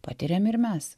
patiriam ir mes